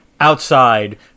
Outside